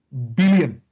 billion.